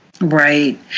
Right